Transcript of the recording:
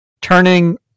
turning